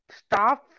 staff